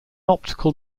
optical